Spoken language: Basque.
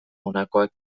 honakoak